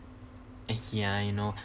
!aiya! I know